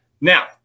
Now